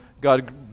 God